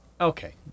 Okay